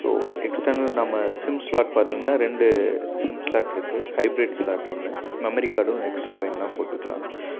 so external நம்ம SIM slot பார்த்தீங்கன்னா ரெண்டு சிம் ஸ்லாட்யிருக்கு ஹைப்ரிட் ஸ்லாட் ஒன்று மெமரி கார்டும் எக்ஸ்ட்ரா வேணும்னா போட்டுக்கலாம்